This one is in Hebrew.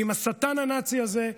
ועם השטן הנאצי הזה,